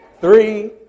three